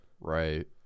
Right